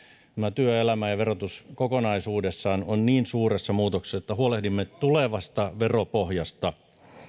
työelämä ja verotus kokonaisuudessaan ovat niin suuressa muutoksessa että huolehdimme tulevasta veropohjasta